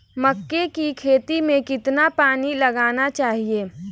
मक्के की खेती में कितना पानी लगाना चाहिए?